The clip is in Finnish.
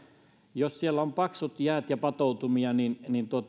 jos siellä on paksut jäät ja patoutumia